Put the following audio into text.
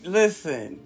listen